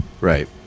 Right